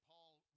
Paul